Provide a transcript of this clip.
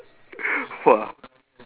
!wah!